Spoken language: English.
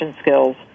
skills